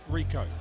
Rico